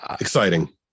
Exciting